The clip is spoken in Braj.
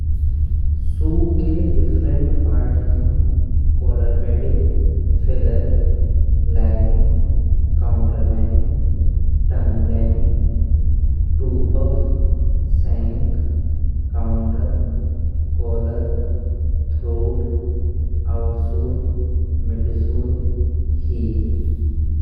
शू के डिफरेंट पार्ट हैं collar, padding, filler, lining, counter lining, tongue, lining, toe stuff, shank, counter collar, throat, outsole midsole, heal.